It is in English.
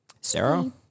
Sarah